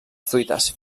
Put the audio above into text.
fruites